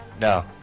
No